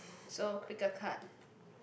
so pick a card